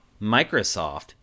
Microsoft